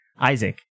Isaac